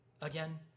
again